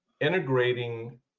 integrating